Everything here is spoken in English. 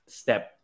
step